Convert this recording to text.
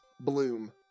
Bloom